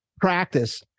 practice